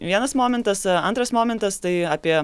vienas momentas antras momentas tai apie